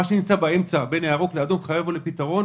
מה שנמצא באמצע בין הירוק לאדום חייב לבוא לידי פתרון.